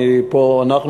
אנחנו,